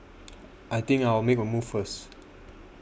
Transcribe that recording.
I think I'll make a move first